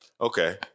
okay